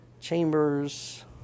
Chambers